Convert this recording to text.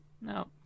No